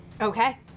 Okay